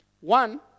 One